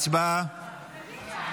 קדימה.